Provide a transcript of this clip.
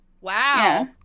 wow